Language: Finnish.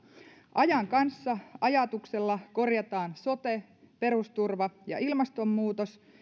ajan kanssa ajatuksella korjataan sote perusturva ja ilmastonmuutos